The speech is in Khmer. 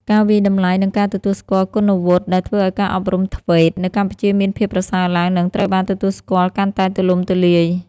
ការវាយតម្លៃ និងការទទួលស្គាល់គុណវុឌ្ឍិ ដែលធ្វើឱ្យការអប់រំ ធ្វេត TVET នៅកម្ពុជាមានភាពប្រសើរឡើង និងត្រូវបានទទួលស្គាល់កាន់តែទូលំទូលាយ។